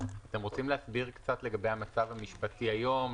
האם אתם רוצים להסביר קצת לגבי המצב המשפטי היום,